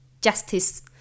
justice